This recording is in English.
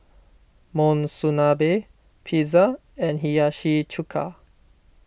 Monsunabe Pizza and Hiyashi Chuka